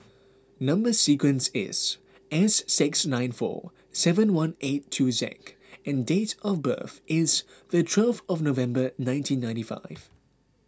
Number Sequence is S six nine four seven one eight two Zak and dates of birth is the twelve of November nineteen ninety five